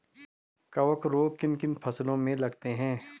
कवक रोग किन किन फसलों में लगते हैं?